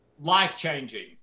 life-changing